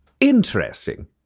Interesting